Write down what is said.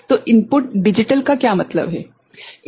तो input digital का मतलब क्या है